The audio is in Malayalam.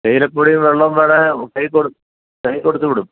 തേയിലപ്പൊടിയും വെള്ളവും വേണമെങ്കിൽ കൈയിൽ കൊടുത്തു വിടും